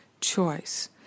choice